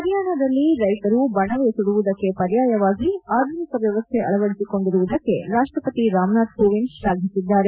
ಹರಿಯಾಣದಲ್ಲಿ ರೈತರು ಬಣವೆ ಸುಡುವುದಕ್ಕೆ ಪಯಾರ್ಯವಾಗಿ ಆಧುನಿಕ ವ್ಯವಸ್ಥೆ ಅಳವಡಿಸಿಕೊಂಡಿರುವುದಕ್ಕೆ ರಾಷ್ಟಪತಿ ರಾಮನಾಥ್ ಕೋವಿಂದ್ ಶ್ಲಾಘಿಸಿದ್ದಾರೆ